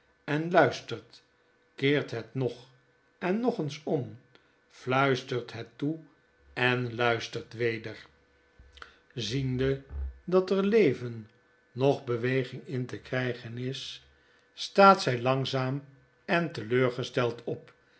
en luistert keert het nog en nog eens om fluistert het toe en luistert weder ziende dat er leven noch beweging in te krygen wwpwpwpw lf het geheim van edwin dbood is staat zy langzaam en teleurgesteid op